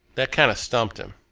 that kind of stumped him.